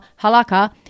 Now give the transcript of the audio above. Halakha